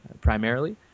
primarily